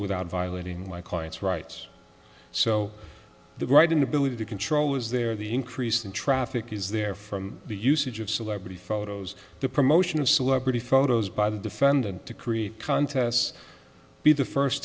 without violating my client's rights so the writing ability to control is there the increase in traffic is there from the usage of celebrity photos the promotion of celebrity photos by the defendant to create contests be the first